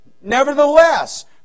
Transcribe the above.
Nevertheless